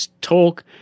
talk